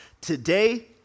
today